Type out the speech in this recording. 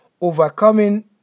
overcoming